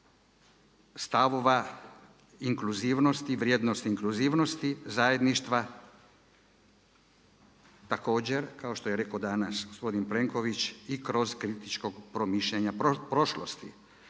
stavova inkluzivnosti, vrijednosne inkluzivnosti, zajedništva. Također, kao što je rekao danas gospodin Plenković i kroz kritično promišljanje prošlosti,